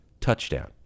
touchdown